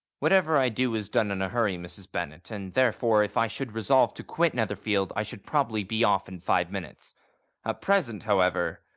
whatever i do is done in a hurry, mrs. bennet, and therefore if i should resolve to quit netherfield i should probably be off in five minutes. at present, however,